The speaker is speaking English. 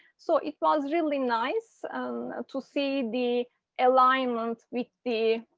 so it was really nice ah to see the alignment with the